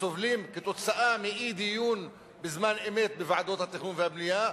וסובלים בגלל אי-דיון בזמן אמת בוועדות התכנון והבנייה,